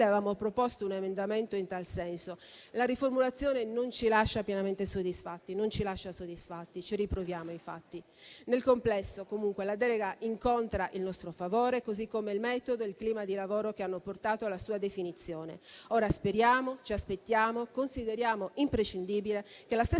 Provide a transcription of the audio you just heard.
avevamo proposto un emendamento in tal senso. La riformulazione non ci lascia pienamente soddisfatti e infatti ci riproveremo. Nel complesso, comunque, la delega incontra il nostro favore, così come il metodo e il clima di lavoro che hanno portato alla sua definizione. Ora speriamo, ci aspettiamo, consideriamo imprescindibile che la stessa